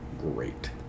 great